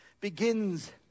begins